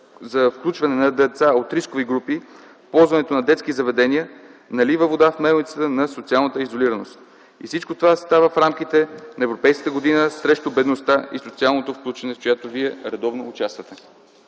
за включване на деца от рискови групи, ползването на детски заведения, налива вода в мелницата на социалната изолираност. Всичко това става в рамките на Европейската година срещу бедността и социалното включване, в която Вие редовно участвате.